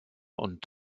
und